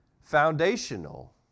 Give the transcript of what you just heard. foundational